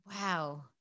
Wow